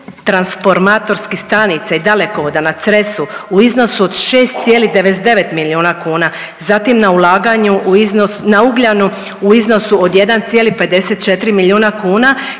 transformatorskih stanica i dalekovoda na Cresu u iznosu od 6,99 milijuna kuna, zatim na ulaganju na Ugljanu u iznosu od 1,54 milijuna kuna